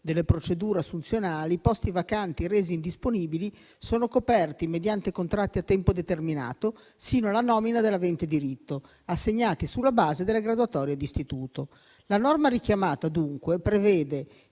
delle procedure assunzionali, i posti vacanti resi disponibili sono coperti mediante contratti a tempo determinato sino alla nomina dell'avente diritto, assegnati sulla base delle graduatorie d'istituto. La norma richiamata, dunque, prevede